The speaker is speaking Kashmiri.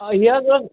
یہِ حظ ٲس